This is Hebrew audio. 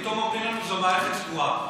פתאום אומרים לנו שזו מערכת סגורה.